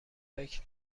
فکر